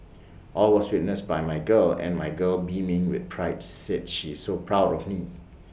all was witnessed by my girl and my girl beaming with pride said she is so proud of me